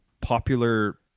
popular